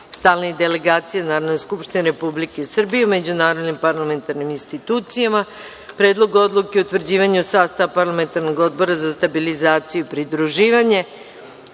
stalnih delegacija Narodne skupštine Republike Srbije u međunarodnim parlamentarnim institucijama; Predlogu odluke o utvrđivanju sastava Parlamentarnog odbora za stabilizaciju i pridruživanje;